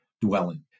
dwelling